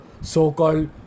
so-called